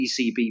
ECB